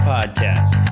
Podcast